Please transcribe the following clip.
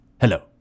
Hello